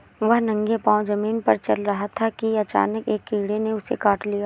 वह नंगे पांव जमीन पर चल रहा था कि अचानक एक कीड़े ने उसे काट लिया